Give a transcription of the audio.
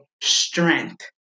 strength